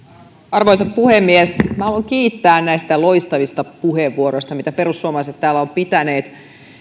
arvoisa puhemies minä haluan kiittää näistä loistavista puheenvuoroista mitä perussuomalaiset täällä ovat käyttäneet